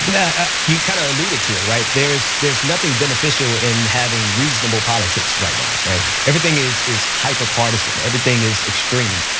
yeah, you kind of alluded to it, right? there's there's nothing beneficial in having reasonable politics right now, right? everything is is hyper partisan, everything is extreme.